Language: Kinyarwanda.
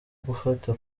gufata